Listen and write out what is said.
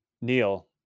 Neil